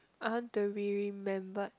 I want to be remembered